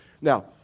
Now